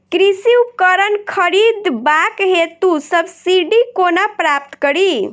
कृषि उपकरण खरीदबाक हेतु सब्सिडी कोना प्राप्त कड़ी?